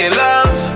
love